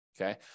Okay